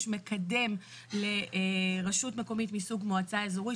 יש מקדם לרשות מקומית מסוג מועצה אזורית,